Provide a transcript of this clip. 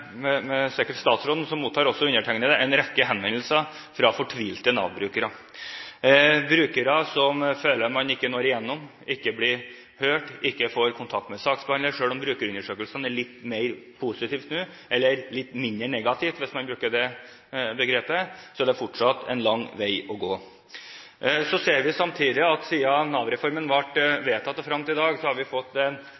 brukerundersøkelsene er litt mer positivt nå – eller litt mindre negativt, hvis man bruker det begrepet – er det fortsatt en lang vei å gå. Samtidig ser vi at siden Nav-reformen ble